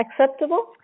acceptable